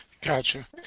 Gotcha